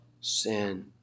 sin